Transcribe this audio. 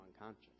unconscious